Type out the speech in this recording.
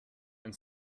and